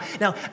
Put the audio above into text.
Now